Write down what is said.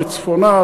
בצפונה,